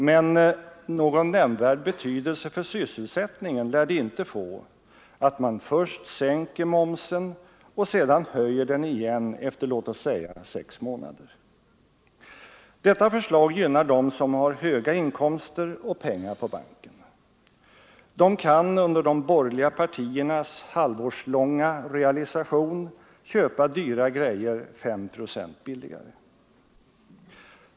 Men någon nämnvärd betydelse för sysselsättningen lär det inte få, om man först sänker momsen och sedan höjer den igen efter — låt oss säga — sex månader. Detta förslag gynnar dem som har höga inkomster och pengar på banken. De kan under de borgerliga partiernas halvårslånga realisation köpa dyra grejor 5 procent billigare.